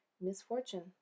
misfortune